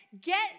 get